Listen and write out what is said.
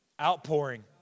Outpouring